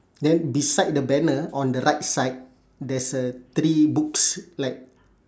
then beside the banner on the right side there's a three books like